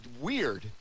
weird